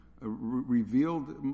revealed